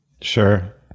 Sure